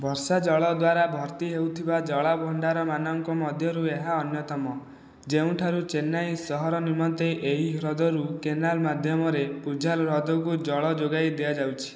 ବର୍ଷା ଜଳ ଦ୍ୱାରା ଭର୍ତ୍ତି ହେଉଥିବା ଜଳଭଣ୍ଡାରମାନଙ୍କ ମଧ୍ୟରୁ ଏହା ଅନ୍ୟତମ ଯେଉଁଠାରୁ ଚେନ୍ନାଇ ସହର ନିମନ୍ତେ ଏହି ହ୍ରଦରୁ କେନାଲ ମାଧ୍ୟମରେ ପୁଝାଲ ହ୍ରଦକୁ ଜଳ ଯୋଗାଇ ଦିଆଯାଉଛି